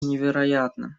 невероятно